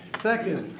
second?